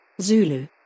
Zulu